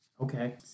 Okay